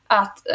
att